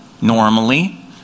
normally